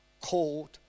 called